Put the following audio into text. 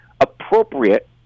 appropriate